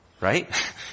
Right